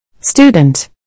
Student